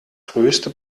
größte